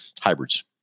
hybrids